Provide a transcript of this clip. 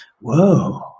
Whoa